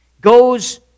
goes